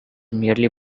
merely